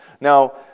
Now